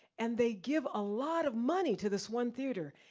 and they give a lot of money to this one theater.